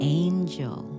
angel